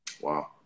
Wow